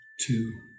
two